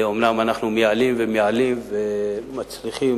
אומנם אנחנו מייעלים ומייעלים, ומצליחים